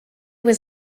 was